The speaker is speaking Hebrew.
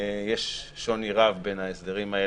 יש שוני רב בין ההסדרים האלה,